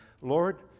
Lord